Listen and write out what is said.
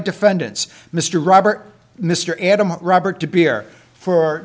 defendants mr robert mr adams robert to be here for